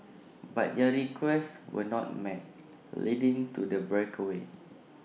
but their requests were not met leading to the breakaway